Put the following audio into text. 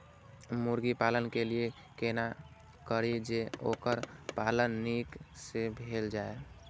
मुर्गी पालन के लिए केना करी जे वोकर पालन नीक से भेल जाय?